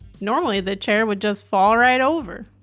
normally the chair would just fall right over.